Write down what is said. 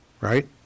right